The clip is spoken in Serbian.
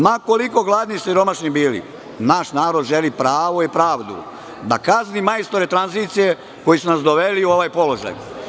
Ma koliko gladni i siromašni bili, naš narod želi pravo i pravdu, da kazne majstore tranzicije koji su nas doveli u ovaj položaj.